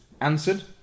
answered